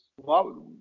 Wow